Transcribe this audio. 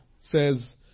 says